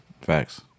Facts